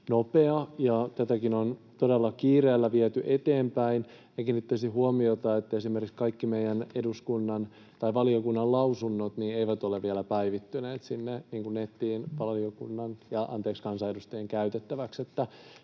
tätäkin on todella kiireellä viety eteenpäin. Kiinnittäisin huomiota, että esimerkiksi kaikki valiokunnan lausunnot eivät ole vielä päivittyneet sinne nettiin kansanedustajien käytettäväksi.